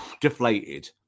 deflated